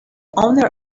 owner